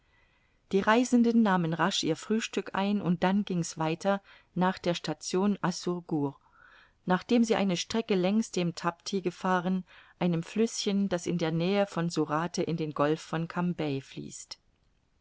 die reisenden nahmen rasch ihr frühstück ein und dann ging's weiter nach der station assurghur nachdem sie eine strecke längs dem tapty gefahren einem flüßchen das in der nähe von surate in den golf von cambaye fließt